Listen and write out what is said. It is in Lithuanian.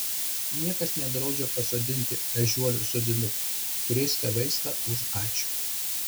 niekas nedraudžia pasisodinti ežiuolių sodinukų turėsite vaistą už ačiū